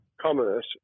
commerce